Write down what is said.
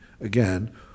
Again